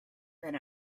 than